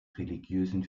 religiösen